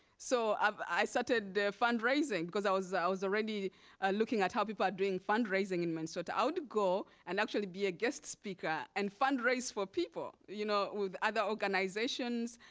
so um i started fundraising, because i was i was already looking at how people are doing fundraising in minnesota. i would go and actually be a guest speaker, and fundraise for people you know with other organizations,